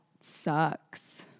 sucks